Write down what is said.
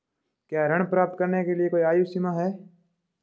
क्या ऋण प्राप्त करने के लिए कोई आयु सीमा है?